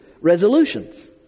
resolutions